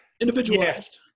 individualized